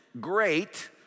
great